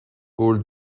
hall